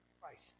Christ